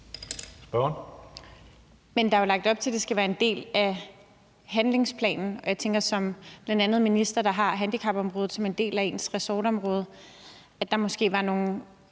(EL): Men der er jo lagt op til, at det skal være en del af handlingsplanen, og jeg tænker, at der måske hos en minister, der bl.a. har handicapområdet som en del af sit ressortområde, var nogle